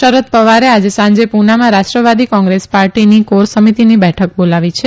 શરદ પવારે આજે સાંજે પુનામાં રાષ્ટ્રવાદી કોંગ્રેસ પાર્ટીની કોર સમિતિની બેઠક બોલાવી છે